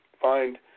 find